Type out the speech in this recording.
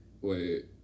wait